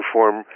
Form